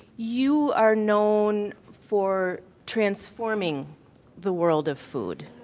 you are known for transforming the world of food.